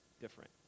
different